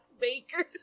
Baker